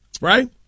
right